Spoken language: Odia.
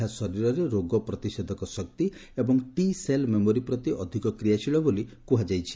ଏହା ଶରୀରରେ ରୋଗ ପ୍ରତିଷେଧକ ଶକ୍ତି ଏବଂ ଟି ସେଲ୍ ମେମୋରୀ ପ୍ରତି ଅଧିକ କ୍ରିୟାଶୀଳ ବୋଲି ଜଣାପଡିଛି